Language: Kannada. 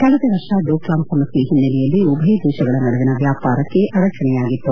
ಕಳೆದ ವರ್ಷ ಡೋಕ್ಲಾಮ್ ಸಮಸ್ನೆ ಹಿನ್ನೆಲೆಯಲ್ಲಿ ಉಭಯ ದೇಶಗಳ ನಡುವಿನ ವ್ಯಾಪಾರಕ್ಕೆ ಅಡಚಣೆಯಾಗಿತ್ತು